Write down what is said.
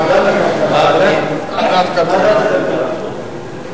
ועדת הכלכלה.